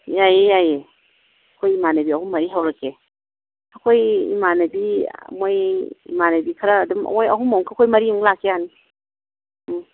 ꯌꯥꯏꯌꯦ ꯌꯥꯏꯌꯦ ꯑꯩꯈꯣꯏ ꯏꯃꯥꯟꯅꯕꯤ ꯑꯍꯨꯝ ꯃꯔꯤ ꯍꯧꯔꯛꯀꯦ ꯑꯩꯈꯣꯏ ꯏꯃꯥꯟꯅꯕꯤ ꯃꯣꯏ ꯏꯃꯥꯟꯅꯕꯤ ꯈꯔ ꯑꯗꯨꯝ ꯃꯣꯏ ꯑꯍꯨꯝ ꯑꯃꯒ ꯑꯩꯈꯣꯏ ꯃꯔꯤ ꯑꯃꯒ ꯂꯥꯛꯀꯦ ꯌꯥꯅꯤ ꯎꯝ